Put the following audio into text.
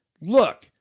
Look